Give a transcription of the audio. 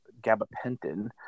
gabapentin